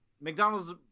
McDonald's